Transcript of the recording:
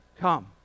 come